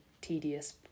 tedious